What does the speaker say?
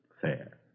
fair